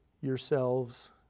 yourselves